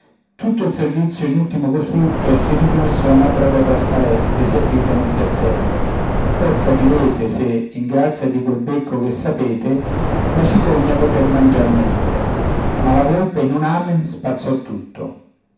tutto il servizio in ultimo costrutto si ridusse a una broda trasparente servita in un piattello or capirete se in grazia di quel becco che sapete la cicogna poté mangiar niente ma la volpe in un amen spazzò tutto